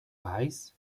paz